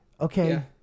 Okay